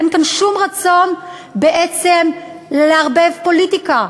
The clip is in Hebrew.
אין כאן שום רצון בעצם לערבב פוליטיקה,